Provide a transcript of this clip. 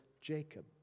Jacob